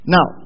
Now